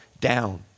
down